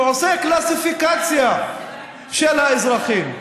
ועושה קלסיפיקציה של האזרחים,